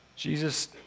Jesus